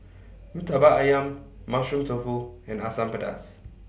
Murtabak Ayam Mushroom Tofu and Asam Pedas